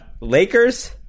Lakers